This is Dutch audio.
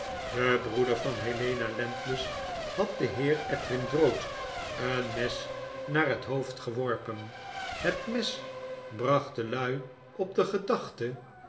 de broeder van helena landless had den heer edwin drood een mes naar het hoofd geworpen het mes bracht de lui op de gedachte